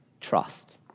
Trust